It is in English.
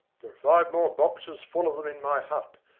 there are five more boxes full of them in my hut,